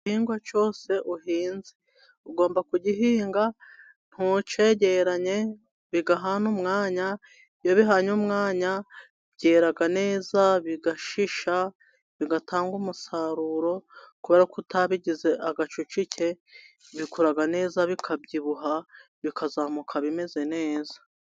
Igihingwa cyose uhinze, ugomba kugihinga ntucyegeranye bigahana umwanya, iyo bihanye umwanya byera neza bigashisha, bigatanga umusaruro, kubera ko utabigize agacucike bikuraga neza, bikabyibuha, bikazamuka bimeze neza.